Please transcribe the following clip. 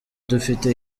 dufite